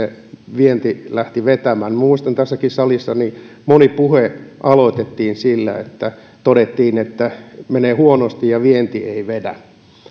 vienti lähti vetämään muistan että tässäkin salissa moni puhe aloitettiin sillä että todettiin että menee huonosti ja vienti ei vedä